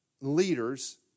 leaders